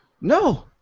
No